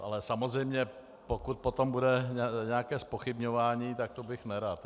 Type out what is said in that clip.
Ale samozřejmě pokud potom bude nějaké zpochybňování, tak to bych nerad.